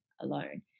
alone